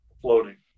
floating